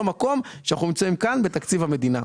מקום שאנחנו נמצאים כאן בתקציב המדינה.